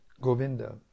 Govinda